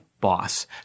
boss